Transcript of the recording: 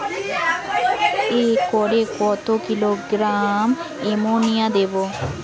একরে কত kilogram ammonia দেবো?